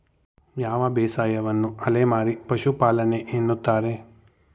ಯಾವ ಬೇಸಾಯವನ್ನು ಅಲೆಮಾರಿ ಪಶುಪಾಲನೆ ಎನ್ನುತ್ತಾರೆ?